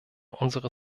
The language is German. unsere